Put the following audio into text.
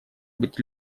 быть